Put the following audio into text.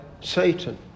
Satan